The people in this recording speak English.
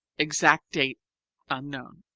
exact date unknown